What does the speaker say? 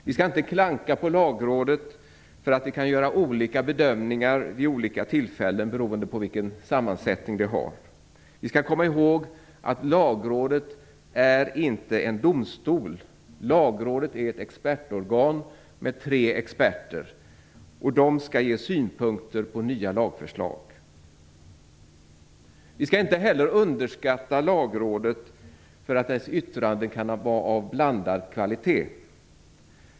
Vi skall inte klanka på Lagrådet för att det kan göra olika bedömningar beroende på vilken sammansättning det har. Vi skall komma ihåg att Lagrådet inte är en domstol. Lagrådet är ett expertorgan med tre experter, som skall ge synpunkter på nya lagförslag. Vi skall inte heller underskatta Lagrådet för att dess yttranden kan vara av skiftande kvalitet.